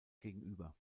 gegenüber